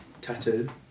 tattoo